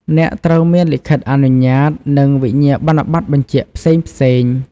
អ្នកត្រូវមានលិខិតអនុញ្ញាត និងវិញ្ញាបនបត្របញ្ជាក់ផ្សេងៗ។